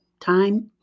time